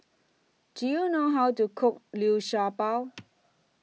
Do YOU know How to Cook Liu Sha Bao